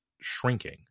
shrinking